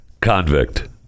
convict